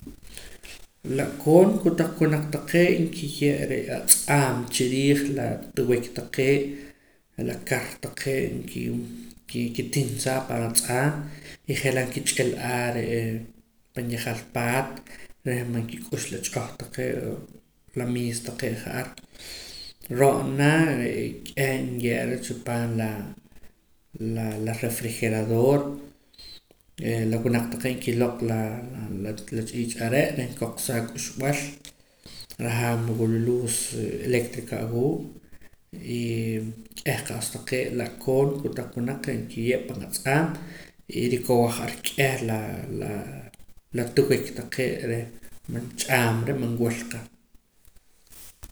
La'koon kotaq winaq taqee' nkiye' re' atz'aam chiriij la tiwik taqee' la kar taqee' nki kikitinsaa pan atz'aam y je'laa' kich'il'aa re'e pan yajaal paat reh man kik'ux la ch'oh taqee' la miis taqee' ja'ar ro'na re'e k'eh nye'ra chipaam laa la la refrigerador la winaq taqee' nkiloq' laa la la ch'ich' are' reh nkoqsaa k'uxb'al rajaam wula luus eléctrica awuu' y k'eh qa'sa taqee' la'koon kotaq winaq nkiye' pan atz'aam y rikowaj ar k'eh laa la la tiwik taqee' reh man ch'aamra man wulqa